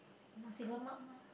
nasi-lemak lor